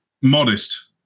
modest